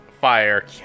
Fire